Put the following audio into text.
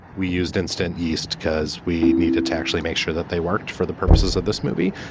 we used instant yeast cause we needed to actually make sure that they worked for the purposes of this movie.